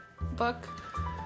book